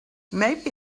maybe